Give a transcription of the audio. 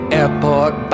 airport